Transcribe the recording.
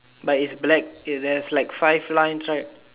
but it's black is there's like five lines right